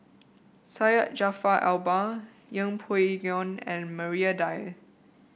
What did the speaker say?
Syed Jaafar Albar Yeng Pway Ngon and Maria Dyer